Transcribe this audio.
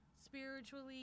spiritually